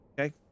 okay